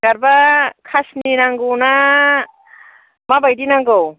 गारबा कासनि नांगौ ना माबायदि नांगौ